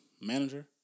manager